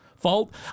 fault